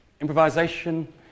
improvisation